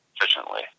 efficiently